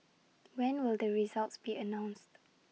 when will the results be announced